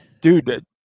dude